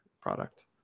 product